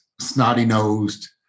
snotty-nosed